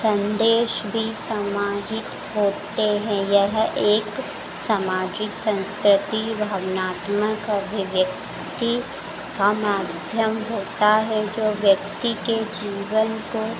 सन्देश भी सामाजिक होते हैं यह एक सामाजिक सँस्कृति भावनात्मक अभिव्यक्ति का माध्यम होता है जो व्यक्ति के जीवन को